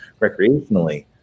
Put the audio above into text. recreationally